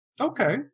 Okay